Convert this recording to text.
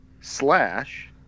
Slash